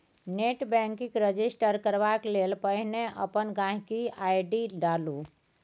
net banking register करबाक लेल पहिने अपन गांहिकी आइ.डी डालु